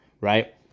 right